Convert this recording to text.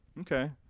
Okay